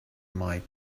might